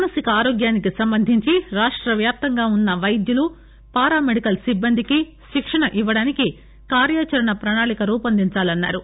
మానసిక ఆరోగ్యానికి సంబంధించి రాష్ట వ్యాప్తంగా ఉన్న వైద్యులు పారామెడికల్ సిబ్బంధికి శిక్షణను ఇవ్వడానికి కార్యచరణ ప్రణాళిక రూపొందించాలని అన్నారు